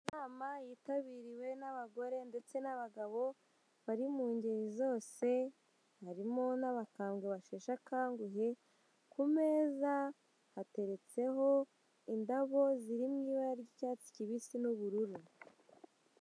Inama yitabiriwe n'abagore ndetse n'abagabo, bari mu ngeri zose, harimo n'abakambwe basheshe akanguhe, ku meza hateretseho indabo ziri mu ibara ry'icyatsi kibisi n'ubururu.